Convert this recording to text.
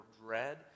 dread